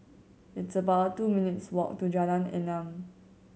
it's about two minutes' walk to Jalan Enam